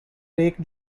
lake